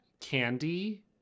Candy